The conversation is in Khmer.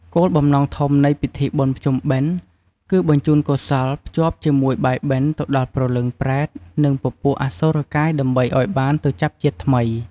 គោលបំណងធំនៃពិធីបុណ្យភ្ជុំបិណ្ឌ គឺបញ្ជូនកុសល ភ្ជាប់ជាមួយបាយបិណ្ឌទៅដល់ព្រលឹង ប្រេត និងពពួកអសុរកាយ ដើម្បីឲ្យបានទៅចាប់ជាតិថ្មី។